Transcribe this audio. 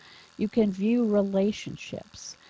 you can view relationships.